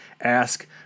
ask